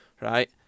Right